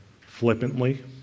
flippantly